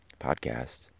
podcast